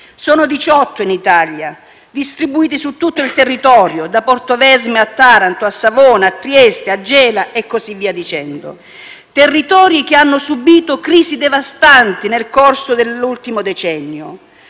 Sono 18 in Italia, distribuite su tutto il territorio, da Portovesme a Taranto, a Savona, a Trieste, a Gela, e così via dicendo, territori che hanno subito crisi devastanti nel corso dell'ultimo decennio: